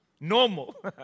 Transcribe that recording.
normal